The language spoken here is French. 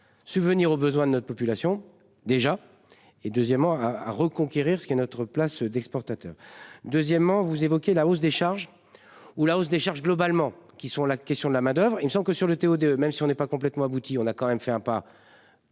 subvenir aux besoins de notre population déjà et deuxièmement à reconquérir ce qui est notre place d'exportateur. Deuxièmement, vous évoquez la hausse des charges. Ou la hausse des charges globalement qui sont la question de la main d'oeuvre, ils ne sont que sur le CO2, même si on n'est pas complètement abouti, on a quand même fait un pas.